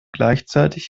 gleichzeitig